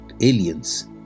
aliens